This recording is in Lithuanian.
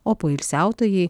o poilsiautojai